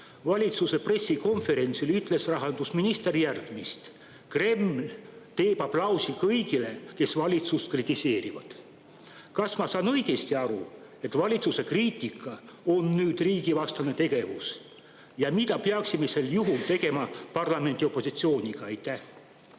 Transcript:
Valitsuse pressikonverentsil ütles rahandusminister järgmist: "Kreml teeb aplausi kõigile, kes valitsust kritiseerivad." Kas ma saan õigesti aru, et valitsuse kriitika on nüüd riigivastane tegevus? Ja mida peaksime sel juhul tegema parlamendi opositsiooniga? Aitäh,